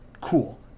Cool